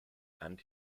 and